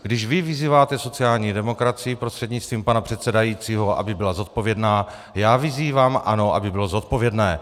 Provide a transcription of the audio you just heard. Když vy vyzýváte sociální demokracii, prostřednictvím pana předsedajícího, aby byla zodpovědná, já vyzývám ANO, aby bylo zodpovědné.